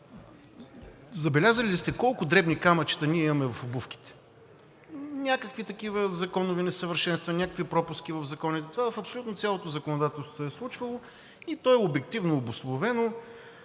Забелязали ли сте колко дребни камъчета ние имаме в обувките? Някакви такива законови несъвършенства, някакви пропуски в законите – това се е случвало в абсолютно цялото законодателство, и то е обективно обусловено.